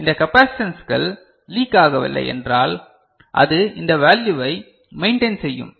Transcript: எனவே இந்த கபாசிடன்ஸ்கள் லீக் ஆகவில்லை என்றால் அது இந்த வேல்யுவை மெய்ண்டைன் செய்யும்